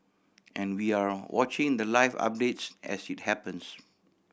and we're watching the live updates as it happens